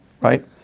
right